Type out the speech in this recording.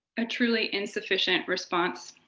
a truly insufficient response.